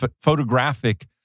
photographic